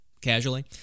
Casually